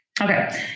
Okay